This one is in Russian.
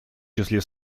числе